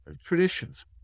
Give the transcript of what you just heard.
traditions